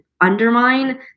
undermine